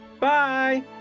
Bye